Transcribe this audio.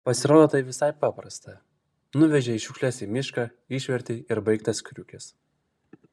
pasirodo tai visai paprasta nuvežei šiukšles į mišką išvertei ir baigtas kriukis